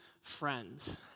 friends